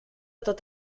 tot